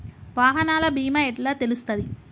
వాహనాల బీమా ఎట్ల తెలుస్తది?